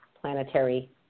planetary